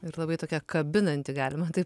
ir labai tokia kabinanti galima taip